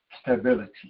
stability